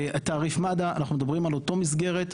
תעריף מד"א; אנחנו מדברים על אותה מסגרת.